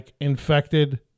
infected